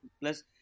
Plus